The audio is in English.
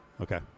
Okay